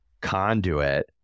conduit